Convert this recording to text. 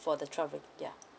for the travelling ya